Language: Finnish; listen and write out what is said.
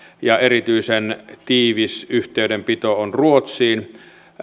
ja erityisen tiivis yhteydenpito on ruotsiin